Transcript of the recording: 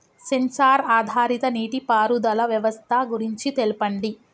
Censor ఆధారిత నీటిపారుదల వ్యవస్థ గురించి తెల్పండి?